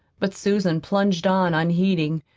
but susan plunged on unheeding.